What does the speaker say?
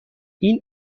این